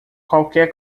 qualquer